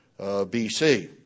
BC